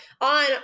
On